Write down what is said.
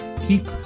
Keep